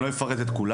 אני לא אפרט את כולה,